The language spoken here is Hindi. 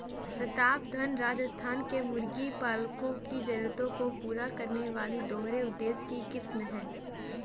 प्रतापधन राजस्थान के मुर्गी पालकों की जरूरतों को पूरा करने वाली दोहरे उद्देश्य की किस्म है